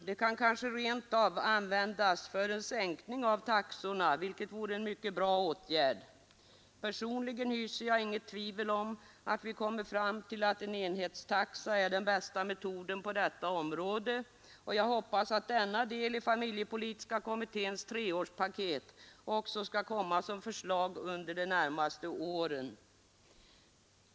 De kan rent av användas för en sänkning av taxorna, vilket vore en mycket bra åtgärd. Personligen hyser jag inget tvivel om att vi kommer fram till att en enhetstaxa är den bästa metoden på detta område, och jag hoppas att denna del i familjepolitiska kommitténs treårspaket också skall komma som förslag under de närmaste åren.